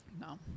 No